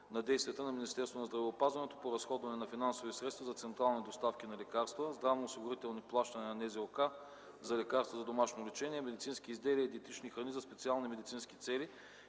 на действията на Министерството на здравеопазването по разходване на финансови средства за централни доставки на лекарства, здравноосигурителни плащания на НЗОК за лекарства за домашно лечение, медицински изделия и диетични храни за специални медицински цели